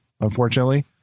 unfortunately